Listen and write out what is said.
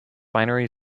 binary